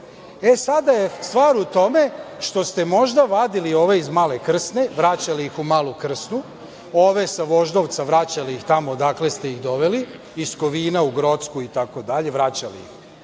Sada je stvar u tome što ste možda vadili ove iz Male Krsne, vraćali ih u Malu Krsnu, ove sa Voždovca vraćali ih tamo odakle ste ih doveli, iz Kovina u Grocku itd. vraćali ih